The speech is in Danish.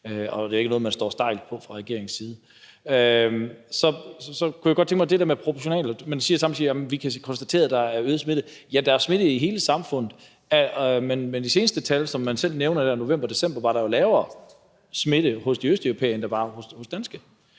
og at det ikke er noget, man står stejlt på fra regeringens side. Til det der med proportionerne: Man siger samtidig, at man kan konstatere, at der er øget smitte. Ja, der er smitte i hele samfundet. Med de seneste tal, som man selv nævner, i november og december var der jo lavere smitte hos østeuropæiske, end der var hos danske.